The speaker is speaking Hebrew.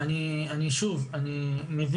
אני מטעם רשות החשמל שנמצאת במשרד האנרגיה.